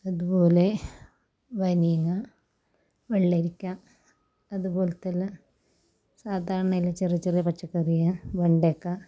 അതുപോലെ വനില വെള്ളരിക്കാ അതുപോലത്തെല്ല സാധാരണേൽ ചെറിയ ചെറിയ പച്ചക്കറീയ വെണ്ടയ്ക്ക